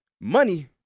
money